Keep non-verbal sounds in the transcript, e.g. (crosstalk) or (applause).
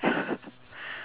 (breath)